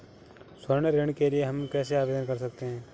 स्वर्ण ऋण के लिए हम कैसे आवेदन कर सकते हैं?